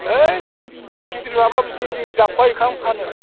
है जों गिदिर नङबाबो जों जाख'हायिखौ आं फानो